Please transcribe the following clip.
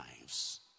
lives